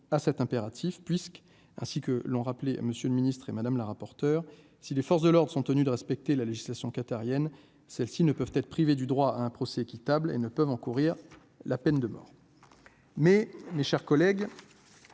à cet impératif puisque, ainsi que l'ont rappelé monsieur le ministre et Madame la rapporteure, si les forces de l'Ordre sont tenus de respecter la législation qatarienne, celles-ci ne peuvent être privés du droit hein. Procès équitable et ne peuvent encourir la peine de mort, mais mes chers collègues,